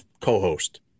co-host